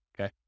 Okay